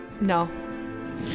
no